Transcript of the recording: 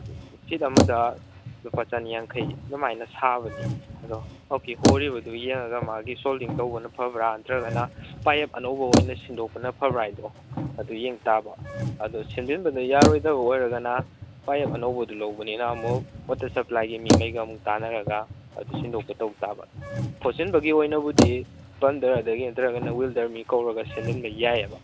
fit ꯑꯃꯗ ꯂꯨꯄꯥ ꯆꯅꯤ ꯌꯥꯡꯈꯩ ꯑꯗꯨꯃꯥꯏꯅ ꯁꯥꯕꯅꯤ ꯑꯗꯣ ꯍꯧꯖꯤꯛꯀꯤ ꯍꯣꯔꯤꯕꯗꯨ ꯌꯦꯡꯉꯒ ꯃꯥꯒꯤ ꯁꯣꯜꯗꯤꯡ ꯇꯧꯕꯅ ꯐꯕ꯭ꯔꯥ ꯅꯠꯇ꯭ꯔꯒꯅ ꯄꯥꯌꯦꯞ ꯑꯅꯧꯕ ꯑꯣꯏꯅ ꯁꯤꯟꯗꯣꯛꯄꯅ ꯐꯕ꯭ꯔꯥ ꯍꯥꯏꯗꯣ ꯑꯗꯨ ꯌꯦꯡꯇꯥꯕ ꯑꯗꯨ ꯁꯦꯝꯖꯤꯟꯕꯗ ꯌꯥꯔꯣꯏꯗꯕ ꯑꯣꯏꯔꯒꯅ ꯄꯥꯌꯦꯞ ꯑꯅꯧꯕꯗꯨ ꯂꯧꯕꯅꯤꯅ ꯑꯃꯨꯛ ꯋꯥꯇꯔ ꯁꯄ꯭ꯂꯥꯏꯒꯤ ꯃꯤꯈꯩꯒ ꯑꯃꯨꯛ ꯇꯥꯟꯅꯔꯒ ꯑꯗꯨ ꯁꯤꯟꯗꯣꯛꯄ ꯇꯧ ꯇꯥꯕ ꯐꯣꯠꯆꯤꯟꯕꯒꯤ ꯑꯣꯏꯅꯕꯨꯗꯤ ꯄ꯭ꯂꯟꯗꯔ ꯑꯗꯒꯤ ꯅꯠꯇ꯭ꯔꯒꯅ ꯋꯤꯜꯗꯔ ꯃꯤ ꯀꯧꯔꯒ ꯁꯦꯝꯖꯤꯟꯕ ꯌꯥꯏꯑꯕ